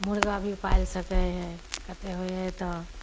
मुरगा भी पालि सकै हइ कतेक होइ हइ तऽ